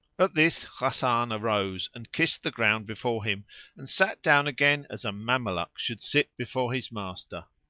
at this hasan arose and kissed the ground before him and sat down again as a mameluke should sit before his master.